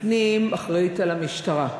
פנים, אחראית למשטרה.